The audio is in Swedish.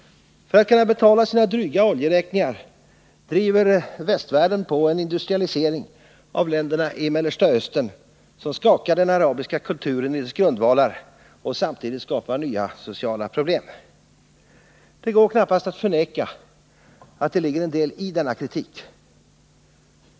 För att kunna betala sina dryga oljeräkningar driver västvärlden på en industrialisering av länderna i Mellersta Östern som skakar den arabiska kulturen i dess grundvalar och samtidigt skapar nya sociala problem. Det går knappast att förneka att det ligger en del i denna kritik.